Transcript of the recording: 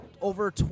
Over